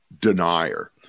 denier